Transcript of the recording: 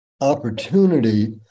opportunity